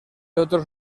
otros